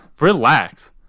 Relax